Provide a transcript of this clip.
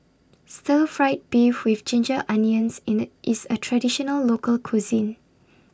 Stir Fried Beef with Ginger Onions in IT IS A Traditional Local Cuisine